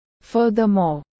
furthermore